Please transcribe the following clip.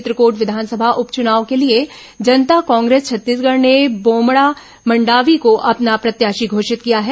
चित्रकोट विधानसभा उप चुनाव के लिए जनता कांग्रेस छत्तीसगढ़ ने बोमड़ा मंडावी को अपना प्रत्याशी घोषित किया है